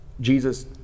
Jesus